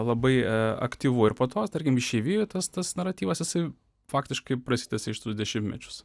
labai aktyvu ir po to tarkim išeivijoj tas tas naratyvas jisai faktiškai prasitęsia ištisus dešimtmečius